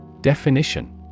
Definition